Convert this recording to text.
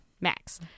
Max